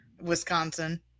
Wisconsin